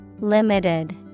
Limited